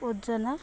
ଓଜନ